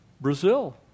Brazil